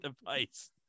device